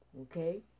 Okay